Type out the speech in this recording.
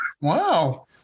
Wow